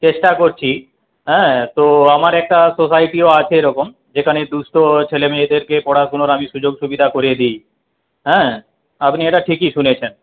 চেষ্টা করছি হ্যাঁ তো আমার একটা সোসাইটিও আছে এরকম যেখানে দুঃস্থ ছেলেমেয়েদেরকে পড়াশোনার আমি সুযোগ সুবিধা করে দিই হ্যাঁ আপনি এটা ঠিকই শুনেছেন